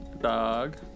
Dog